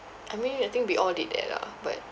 I mean I think we all did that lah but